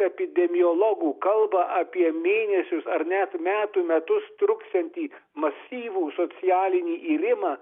epidemiologų kalba apie mėnesius ar net metų metus truksiantį masyvų socialinį irimą